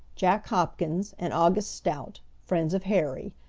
jack hopkins, and august stout, friends of harry.